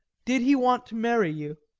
did he want to marry you?